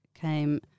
came